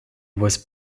was